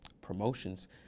promotions